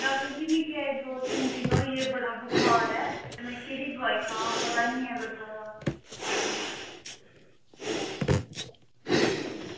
एह् डॉक्टर जी अज्ज मिगी दौ तीन दिन होई गै बड़ा बुखार ऐ ते में केह्ड़ी दोआई खावां ते मिगी पता निं ऐ लग्गा दा